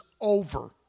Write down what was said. over